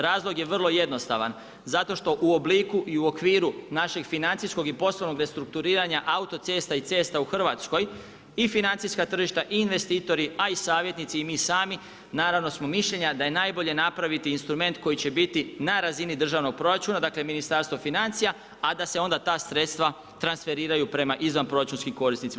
Razlog je vrlo jednostavan, zato što u obliku i u okviru, našeg financijskog i poslovnog restrukturiranja autocesta i cesta u Hrvatskoj i financijska tržišta i investitori, a i savjetnici, i mi sami, naravno smo mišljenja, da je najbolje napraviti instrument koji će biti na razini državnog proračuna, dakle, Ministarstva financija, a da se onda ta sredstva transferiraju prema izvan proračunskim korisnicima.